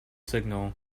signal